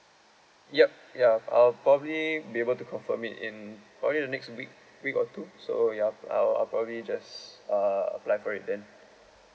yup ya I'll probably be able to confirm it in probably the next week week or two so yup I'll I'll probably just uh apply for it then